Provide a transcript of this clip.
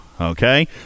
Okay